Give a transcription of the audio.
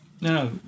No